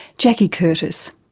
jackie curtis.